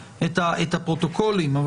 האם אחרי חצי השנה הנוספת אתם מבקשים להפוך